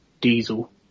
diesel